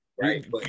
right